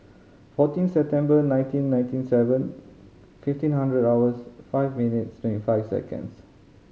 fourteen September nineteen ninety seven fifteen hundred hours five minutes twenty five seconds